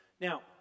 Now